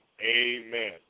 Amen